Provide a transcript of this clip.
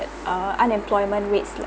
uh unemployment rates